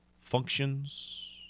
functions